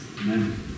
Amen